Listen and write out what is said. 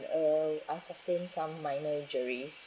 uh I sustain some minor injuries